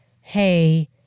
hey